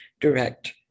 direct